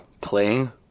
playing